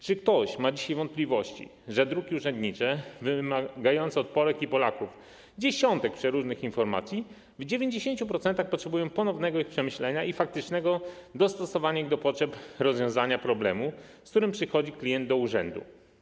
Czy ktoś ma dzisiaj wątpliwości, że druki urzędnicze wymagające od Polek i Polaków dziesiątek przeróżnych informacji w 90% potrzebują ponownego ich przemyślenia i faktycznego dostosowania do potrzeb rozwiązania problemu, z którym przychodzi klient do urzędu?